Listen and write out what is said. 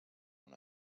una